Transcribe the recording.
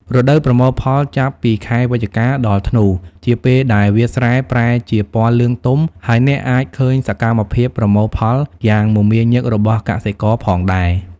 រដូវប្រមូលផលចាប់ពីខែវិច្ឆិកា ដល់ធ្នូ ជាពេលដែលវាលស្រែប្រែជាពណ៌លឿងទុំ ហើយអ្នកអាចឃើញសកម្មភាពប្រមូលផលយ៉ាងមមាញឹករបស់កសិករផងដែរ ។